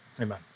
amen